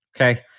okay